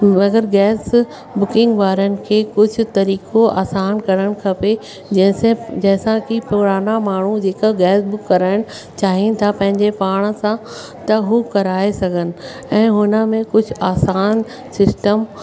अगरि gas booking वारनि खे कुझु तरीक़ो आसान करणु खपे जंहिं से जंहिं सां कि पुराणा माण्हू जेका गैस बुक करणु चाहिनि था पंहिंजे पाण सां त हू कराए सघनि ऐं हुन में कुझु आसान सिस्टम